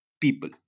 people